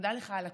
תודה לך על הכול.